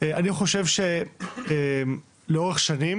אני חושב שלאורך שנים